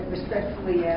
respectfully